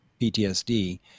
PTSD